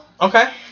Okay